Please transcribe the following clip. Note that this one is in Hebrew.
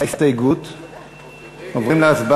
יעקב ליצמן,